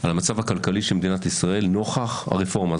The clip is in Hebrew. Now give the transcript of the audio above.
על המצב הכלכלי של מדינת ישראל נוכח הרפורמה.